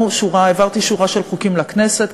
העברתי שורה של חוקים לכנסת,